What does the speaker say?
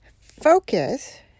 Focus